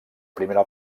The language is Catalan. primera